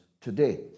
today